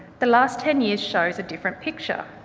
the last ten years shows a different picture.